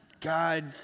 God